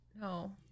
no